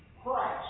Christ